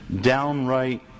downright